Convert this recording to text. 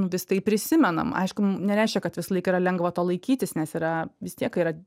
nu vis tai prisimenam aišku nereiškia kad visą laiką yra lengva to laikytis nes yra vis tiek yra